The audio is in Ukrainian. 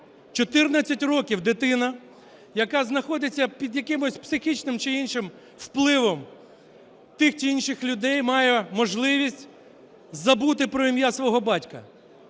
14 років дитина, яка знаходиться під якимось психічним чи іншим впливом тих чи інших людей, має можливість забути про ім'я свого батька.